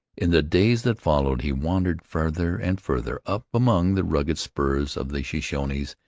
in the days that followed he wandered farther and farther up among the rugged spurs of the shoshones,